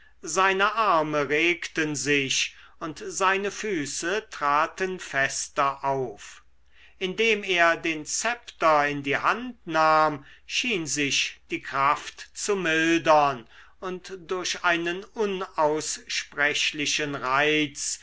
seine arme regten sich und seine füße traten fester auf indem er den zepter in die hand nahm schien sich die kraft zu mildern und durch einen unaussprechlichen reiz